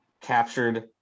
captured